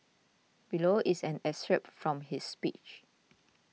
below is an excerpt from his speech